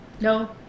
no